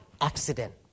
accident